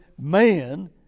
man